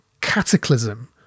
cataclysm